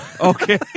Okay